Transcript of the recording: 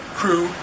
crew